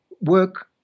work